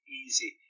easy